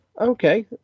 Okay